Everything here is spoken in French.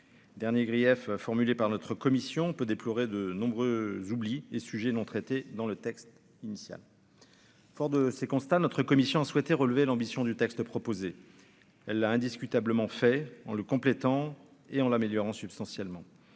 dernier grief formulé par notre commission peut déplorer de nombreux oublie et sujet non traitée dans le texte initial, fort de ces constats, notre commission souhaité relever l'ambition du texte proposé, elle a indiscutablement fait en le complétant et en l'améliorant substantiellement